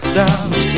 dance